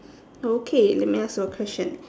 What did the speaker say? okay let me ask you a question